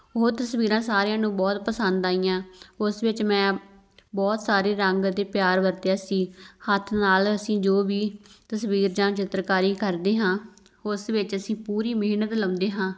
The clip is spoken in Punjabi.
ਉਹ ਤਸਵੀਰਾਂ ਸਾਰਿਆਂ ਨੂੰ ਬਹੁਤ ਪਸੰਦ ਆਈਆਂ ਉਸ ਵਿੱਚ ਮੈਂ ਬਹੁਤ ਸਾਰੇ ਰੰਗ ਅਤੇ ਪਿਆਰ ਵਰਤਿਆ ਸੀ ਹੱਥ ਨਾਲ ਅਸੀਂ ਜੋ ਵੀ ਤਸਵੀਰ ਜਾਂ ਚਿੱਤਰਕਾਰੀ ਕਰਦੇ ਹਾਂ ਉਸ ਵਿੱਚ ਅਸੀਂ ਪੂਰੀ ਮਿਹਨਤ ਲਗਾਉਂਦੇ ਹਾਂ